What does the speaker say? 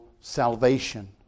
salvation